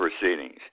proceedings